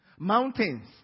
mountains